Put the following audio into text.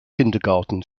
kindergarten